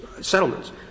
settlements